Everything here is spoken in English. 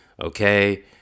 Okay